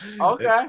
okay